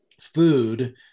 food